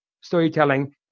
storytelling